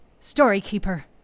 Storykeeper